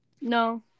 No